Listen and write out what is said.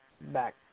back